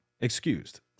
excused